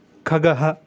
खगः